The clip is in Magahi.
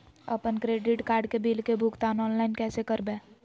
अपन क्रेडिट कार्ड के बिल के भुगतान ऑनलाइन कैसे करबैय?